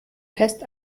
fest